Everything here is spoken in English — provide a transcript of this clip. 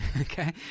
okay